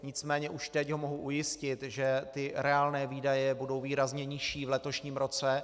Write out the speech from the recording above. Nicméně už teď ho mohu ujistit, že reálné výdaje budou výrazně nižší v letošním roce.